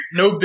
no